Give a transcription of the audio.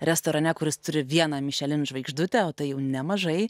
restorane kuris turi vieną michelin žvaigždutę o tai jau nemažai